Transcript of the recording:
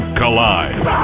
collide